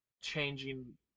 changing